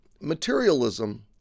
materialism